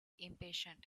impatient